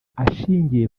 ashingiye